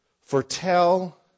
foretell